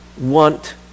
want